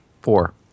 Four